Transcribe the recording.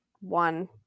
one